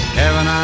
heaven